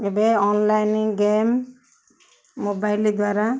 ଏବେ online game mobile ଦ୍ୱାରା